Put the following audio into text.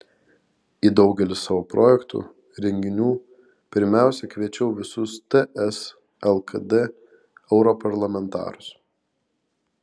į daugelį savo projektų renginių pirmiausia kviečiau visus ts lkd europarlamentarus